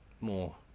more